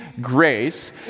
Grace